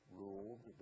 ruled